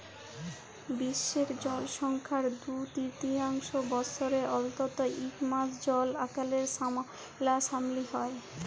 বিশ্বের জলসংখ্যার দু তিরতীয়াংশ বসরে অল্তত ইক মাস জল আকালের সামলাসামলি হ্যয়